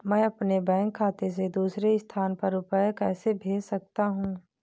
मैं अपने बैंक खाते से दूसरे स्थान पर रुपए कैसे भेज सकता हूँ?